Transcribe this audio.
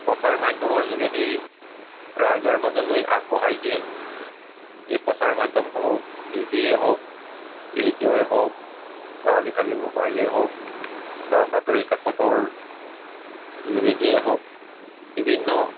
প্ৰচাৰ মাধ্যমৰ যোগেদি ৰাইজৰ মাজলৈ আগবঢ়াই দিয়ে এই প্ৰচাৰ মাধ্যমসমূহ টিভি য়ে হওক ৰেডিঅ'ই হওক বা আজিকালি ম'বাইলে হওক বা বাতৰি কাকতৰ যোগেদিয়ে হওক বিভিন্ন